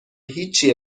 هیچی